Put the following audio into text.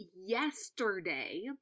yesterday